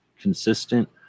consistent